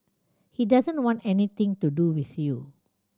he doesn't want anything to do with you